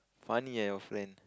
funny eh your friend